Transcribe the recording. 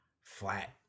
flat